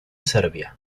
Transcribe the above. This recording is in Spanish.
serbia